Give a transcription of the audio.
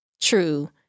true